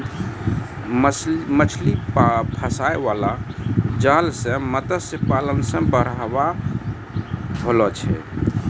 मछली फसाय बाला जाल से मतस्य पालन मे बढ़ाबा होलो छै